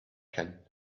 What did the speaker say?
can